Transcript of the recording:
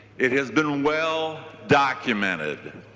it has been well documented.